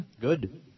Good